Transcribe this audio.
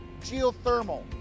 geothermal